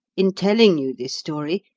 in telling you this story,